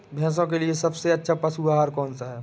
भैंस के लिए सबसे अच्छा पशु आहार कौन सा है?